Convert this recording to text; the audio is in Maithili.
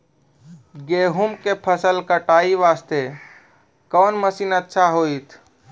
गेहूँ के फसल कटाई वास्ते कोंन मसीन अच्छा होइतै?